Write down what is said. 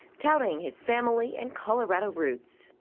touting his family and colorado roots.